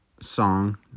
song